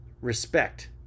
respect